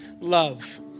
love